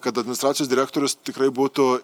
kad administracijos direktorius tikrai būtų